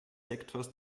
sektors